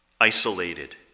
isolated